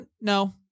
No